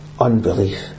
unbelief